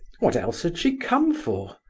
what else had she come for?